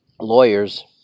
lawyers